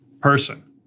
person